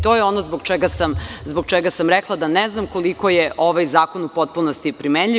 To je ono zbog čega sam rekla da ne znam koliko je ovaj zakon u potpunosti primenljiv.